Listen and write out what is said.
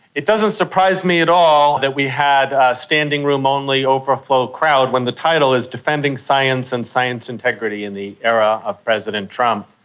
it doesn't surprise me at all that we had a standing room only, overflow crowd when the title is defending science and science integrity in the era of president trump.